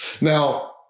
Now